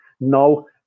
No